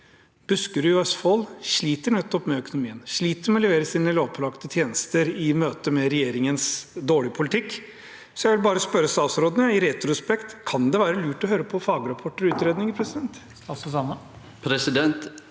Buskerud og Østfold sliter nettopp med økonomien, de sliter med å levere sine lovpålagte tjenester i møte med regjeringens dårlige politikk. Jeg vil bare spørre statsråden: I retrospekt, kan det være lurt å høre på fagrapporter og utredninger?